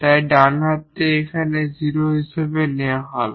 তাই ডান হাতটি এখানে 0 হিসাবে নেওয়া হবে